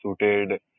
suited